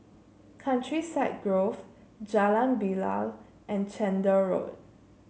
Countryside Grove Jalan Bilal and Chander Road